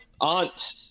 aunt